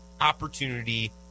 opportunity